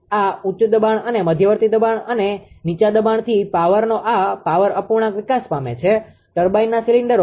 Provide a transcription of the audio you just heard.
આ ઉચ્ચ દબાણ અને મધ્યવર્તી દબાણ અને નીચા દબાણથી પાવરનો આ પાવર અપૂર્ણાંક વિકાસ પામે છે ટર્બાઇનના સિલિન્ડરોમાં